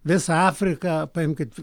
visą afriką paimkit